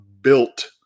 built